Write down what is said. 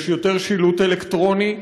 יש יותר שילוט אלקטרוני,